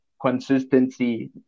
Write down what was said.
consistency